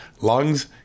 lungs